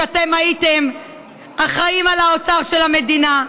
כשאתם הייתם אחראים לאוצר של המדינה,